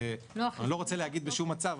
אני לא רוצה להגיד בשום מצב,